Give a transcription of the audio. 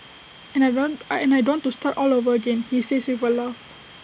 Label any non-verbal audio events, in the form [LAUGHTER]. and I don't [NOISE] and I don't want to start all over again he says with A laugh